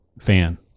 fan